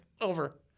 Over